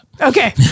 Okay